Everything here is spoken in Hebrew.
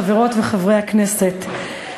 חברות וחברי הכנסת,